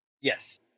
Yes